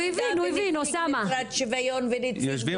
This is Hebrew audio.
אוסאמה?